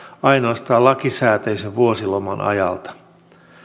ainoastaan lakisääteisen vuosiloman ajalta